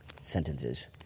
sentences